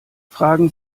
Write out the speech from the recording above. fragen